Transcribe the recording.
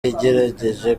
yagerageje